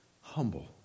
humble